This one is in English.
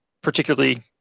particularly